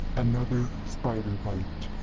another spider bite.